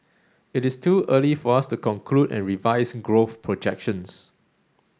it is too early for us to conclude and revise growth projections